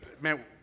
man